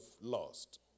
lost